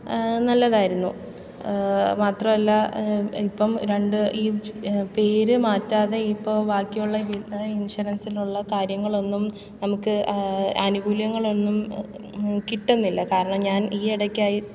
നല്ലതായിരുന്നു മാത്രമല്ല ഇപ്പം രണ്ട് ഈ പേര് മാറ്റാതെ ഇപ്പം ബാക്കിയുള്ള വിള ഇൻഷുറൻസിനുള്ള കാര്യങ്ങളൊന്നും നമുക്ക് ആനുകൂല്യങ്ങളൊന്നും കിട്ടുന്നില്ല കാരണം ഞാൻ ഈ ഇടയ്ക്കായി